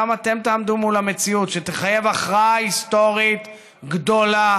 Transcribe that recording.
גם אתם תעמדו מול המציאות שתחייב הכרעה היסטורית גדולה